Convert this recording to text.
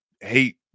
hate